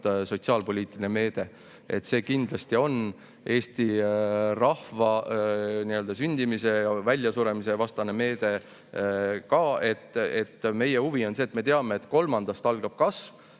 sotsiaalpoliitiline meede, vaid see kindlasti on ka Eesti rahva sündimise ja väljasuremisvastane meede ka. Meie huvi on see, et me teame, et kolmandast [lapsest]